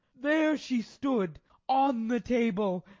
there she stood on the table,